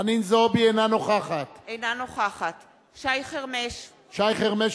אינה נוכחת שי חרמש,